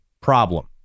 problem